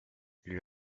lui